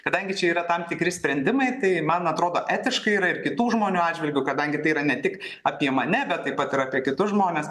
kadangi čia yra tam tikri sprendimai tai man atrodo etiška yra ir kitų žmonių atžvilgiu kadangi tai yra ne tik apie mane bet taip pat ir apie kitus žmones